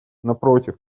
напротив